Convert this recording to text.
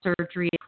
surgery